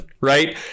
right